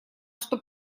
что